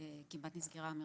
כמעט נסגרה המרפאה,